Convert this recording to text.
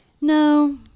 No